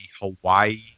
Hawaii